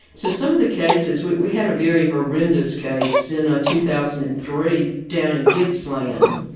so some of the cases we we had a very horrendous case in ah two thousand and three down in gippsland.